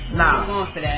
nah